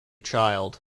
child